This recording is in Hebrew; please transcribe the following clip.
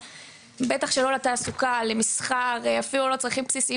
בטח שלא לתעסוקה או למסחר ואפילו לא לצרכים בסיסיים